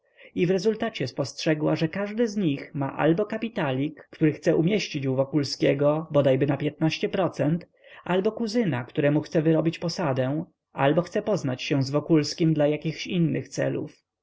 i w rezultacie spostrzegła że każdy z nich ma albo kapitalik który chce umieścić u wokulskiego bodajby na piętnaście procent albo kuzyna któremu chce wyrobić posadę albo pragnie poznać się z wokulskim dla jakichś innych celów